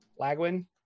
Lagwin